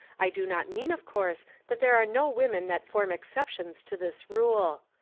i do not mean, of course, that there are no women that form exceptions to this rule.